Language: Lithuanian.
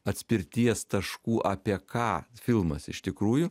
atspirties taškų apie ką filmas iš tikrųjų